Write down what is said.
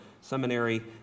seminary